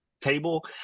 table